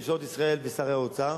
ממשלות ישראל ושרי האוצר